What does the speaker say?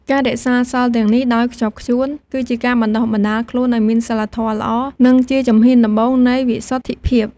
ការរក្សាសីលទាំងនេះដោយខ្ជាប់ខ្ជួន គឺជាការបណ្តុះបណ្តាលខ្លួនឱ្យមានសីលធម៌ល្អ និងជាជំហានដំបូងនៃវិសុទ្ធិភាព។